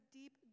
deep